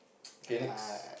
K next